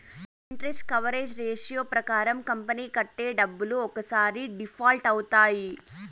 ఈ interest coverage ratio ప్రకారం company కట్టే డబ్బులు ఒక్కసారి డిఫాల్ట్ అవుతాయి